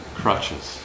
crutches